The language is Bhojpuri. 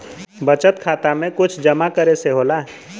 बचत खाता मे कुछ जमा करे से होला?